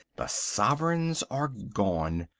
the sovereigns are gone.